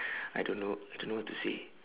I don't know I don't know what to say